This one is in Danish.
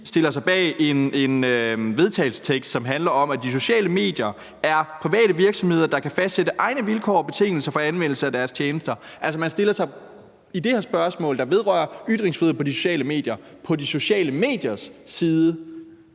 stiller sig bag en vedtagelsestekst, som handler om, at de sociale medier er private virksomheder, der kan fastsætte egne vilkår og betingelser for anvendelse af deres tjenester. Altså, i det her spørgsmål, der vedrører ytringsfrihed på de sociale medier, stiller man sig